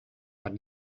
but